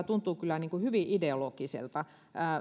tuntuu kyllä hyvin ideologiselta